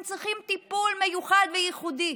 הם צריכים טיפול מיוחד וייחודי,